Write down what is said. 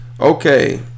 Okay